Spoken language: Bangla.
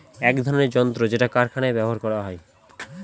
এক ধরনের যন্ত্র যেটা কারখানায় ব্যবহার করা হয়